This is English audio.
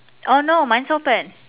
orh no mine's open